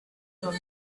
comes